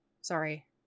Sorry